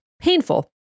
painful